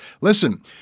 Listen